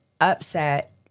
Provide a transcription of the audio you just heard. upset